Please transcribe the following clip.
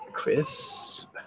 Crisp